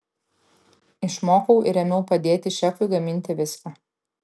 išmokau ir ėmiau padėti šefui gaminti viską